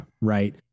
right